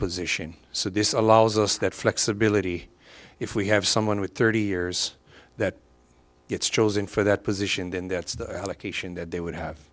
position so this allows us that flexibility if we have someone with thirty years that gets chosen for that position then that's the allocation that they would have